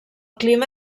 clima